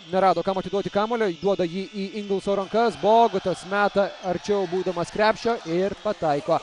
nerado kam atiduoti kamuolio duoda jį į ingelso rankas bogutas meta arčiau būdamas krepšio ir pataiko